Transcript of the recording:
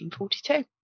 1942